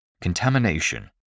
Contamination